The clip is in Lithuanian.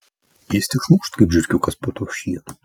jis tik šmukšt kaip žiurkiukas po tuo šienu